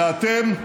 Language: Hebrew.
ואתם,